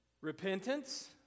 Repentance